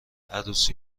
عروس